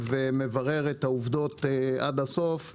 ומברר את העובדות עד הסוף לאשורן,